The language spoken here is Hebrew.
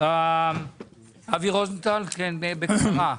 אבי רוזנטל, בקצרה.